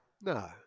No